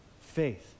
faith